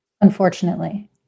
Unfortunately